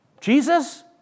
Jesus